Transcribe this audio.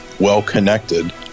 well-connected